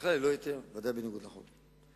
בכלל ללא היתר, בוודאי בניגוד לחוק.